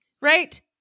Right